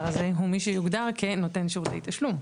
הזה הוא מי שיוגדר כנותן שירותי תשלום.